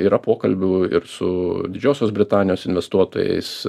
yra pokalbių ir su didžiosios britanijos investuotojais